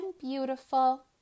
beautiful